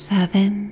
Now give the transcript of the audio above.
Seven